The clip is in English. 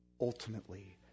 ultimately